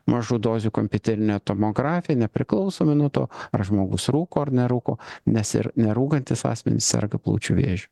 mažų dozių kompiuterinė tomografija nepriklausomai nuo to ar žmogus rūko ar nerūko nes ir nerūkantys asmenys serga plaučių vėžiu